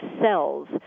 cells